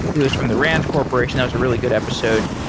he was from the rand corporation. that was a really good episode,